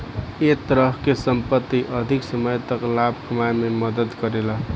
ए तरह के संपत्ति अधिक समय तक लाभ कमाए में मदद करेला